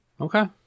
Okay